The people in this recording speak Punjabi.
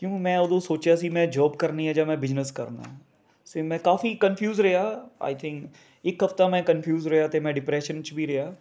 ਕਿਉਂ ਮੈਂ ਉਦੋਂ ਸੋਚਿਆ ਸੀ ਮੈਂ ਜੌਬ ਕਰਨੀ ਹੈ ਜਾਂ ਮੈਂ ਬਿਜ਼ਨਸ ਕਰਨਾ ਹੈ ਸੋ ਮੈਂ ਕਾਫ਼ੀ ਕਨਫ਼ਿਉਜ਼ ਰਿਹਾ ਆਈ ਥਿਂਕ ਇੱਕ ਹਫ਼ਤਾ ਮੈਂ ਕਨਫ਼ਿਊਜ਼ ਰਿਹਾ ਅਤੇ ਮੈਂ ਡਿਪਰੈਸ਼ਨ 'ਚ ਵੀ ਰਿਹਾ